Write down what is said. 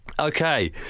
Okay